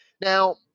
Now